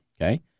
Okay